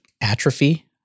atrophy